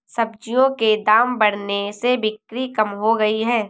सब्जियों के दाम बढ़ने से बिक्री कम हो गयी है